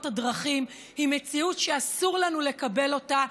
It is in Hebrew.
הדרכים היא מציאות שאסור לנו לקבל אותה,